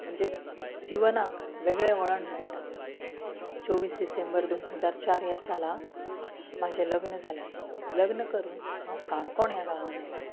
म्हणजे जिवनाक वेगळें वळण मेळटा च्योवीस डिसेंबर दोन हजार चार ह्या साला म्हजें लग्न जालें लग्न करून हांव काणकोण ह्या गांवांत आयलें